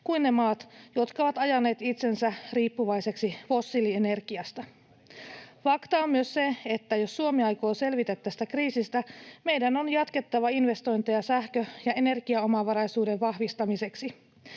kuin ne maat, jotka ovat ajaneet itsensä riippuvaiseksi fossiilienergiasta. Fakta on myös se, että jos Suomi aikoo selvitä tästä kriisistä, meidän on jatkettava investointeja sähkö- ja energiaomavaraisuuden vahvistamiseksi.